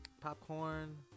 Popcorn